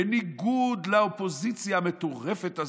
בניגוד לאופוזיציה המטורפת הזאת,